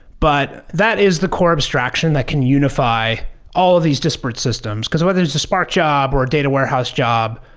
but that is the core abstraction that can unify all of these disparate systems, because whether it's a spark job, or a data warehouse job,